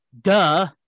Duh